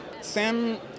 Sam